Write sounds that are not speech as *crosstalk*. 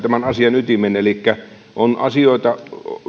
*unintelligible* tämän asian ytimen elikkä käräjäoikeudessa on asioita